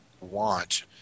want